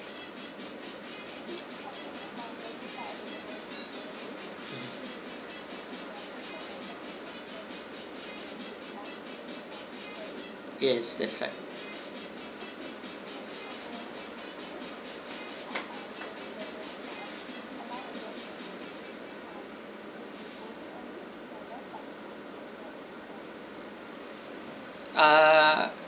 yes that's right ah